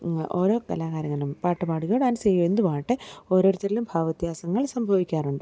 ഓരോ കലാകാരകനും പാട്ടു പാടുകയോ ഡാൻസ് ചെയ്യുകയോ എന്തുമാകട്ടെ ഓരോരുത്തരിലും ഭാവവ്യത്യാസങ്ങൾ സംഭവിയ്ക്കാറുണ്ട്